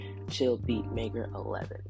chillbeatmaker11